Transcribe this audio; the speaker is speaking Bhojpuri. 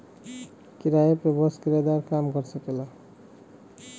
किराया पे बस किराएदारे काम कर सकेला